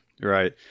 right